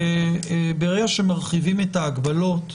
שברגע שמרחיבים את ההגבלות,